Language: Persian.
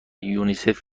یونیسف